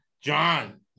John